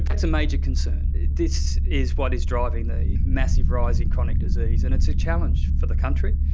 it's a major concern. this is what is driving the massive rise in chronic disease and it's a challenge for the country,